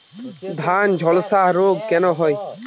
ধানে ঝলসা রোগ কেন হয়?